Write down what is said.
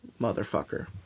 motherfucker